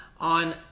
on